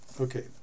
okay